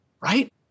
right